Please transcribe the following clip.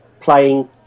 playing